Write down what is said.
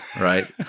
right